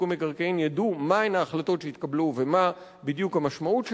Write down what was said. המקרקעין ידעו מהן ההחלטות שהתקבלו ומה בדיוק המשמעות שלהן,